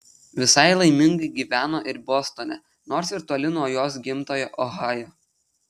visai laimingai gyveno ir bostone nors ir toli nuo jos gimtojo ohajo